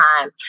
time